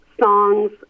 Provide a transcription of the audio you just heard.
songs